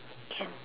can